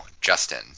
Justin